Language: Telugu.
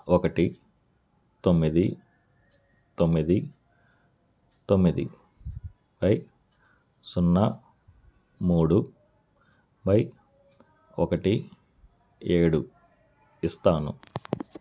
ఒకటి తొమ్మిది తొమ్మిది తొమ్మిది బై సున్నా మూడు బై ఒకటి ఏడు ఇస్తాను